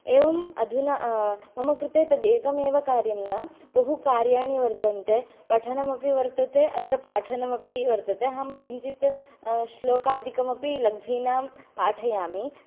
एवं अधुना मम कृते तदेकमेव कार्यं न बहु कार्याणि वर्तन्ते पठनमपि वर्तते अत्र पाठनमपि वर्तते अहं किञ्चित् श्लोकादिकमपि लघ्वीनां पाठयामि तत्र